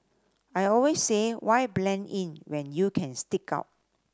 I always say why blend in when you can stick out